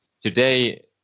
today